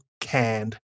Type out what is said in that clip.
canned